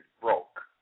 broke